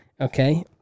okay